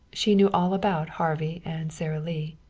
she knew all about harvey and sara lee.